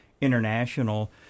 International